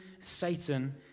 Satan